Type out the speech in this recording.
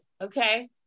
Okay